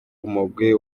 umugwi